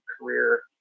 career